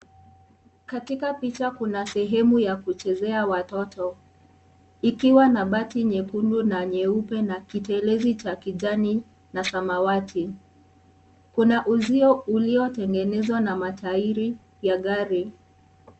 Katika picha kuna sehemu ya kuchezea watoto, ikiwa na bati nyekundu na nyeupe na kitelezi cha kijani na samawati. Kuna uzio uliotengenezwa na matairi ya gari.